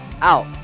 out